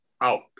out